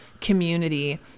community